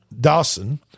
Dawson